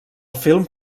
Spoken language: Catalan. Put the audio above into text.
film